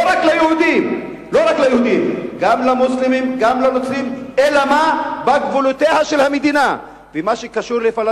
אז למה שלא תלכו לשפץ